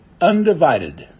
Undivided